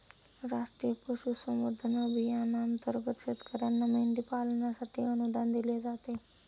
राष्ट्रीय पशुसंवर्धन अभियानांतर्गत शेतकर्यांना मेंढी पालनासाठी अनुदान दिले जाते